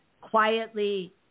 quietly